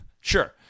sure